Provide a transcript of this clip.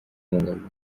kubungabunga